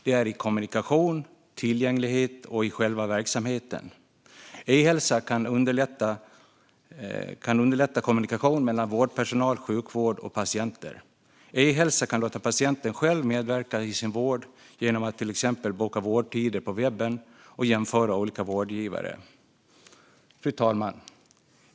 Det är i kommunikationen, i tillgängligheten och i själva verksamheten. E-hälsa kan underlätta kommunikation mellan vårdpersonal, sjukvård och patienter. E-hälsa kan låta patienten själv medverka i sin vård genom att till exempel boka vårdtider på webben och jämföra olika vårdgivare. Fru talman!